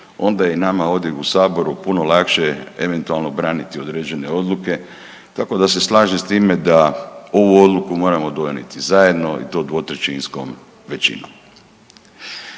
onda je i nama ovdje u saboru puno lakše eventualno braniti određene odluke. Tako da se slažem s time da ovu odluku moramo donijeti zajedno i to dvotrećinskom većinom.